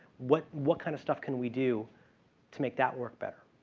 what what kind of stuff can we do to make that work better?